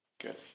Good